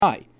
Hi